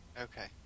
Okay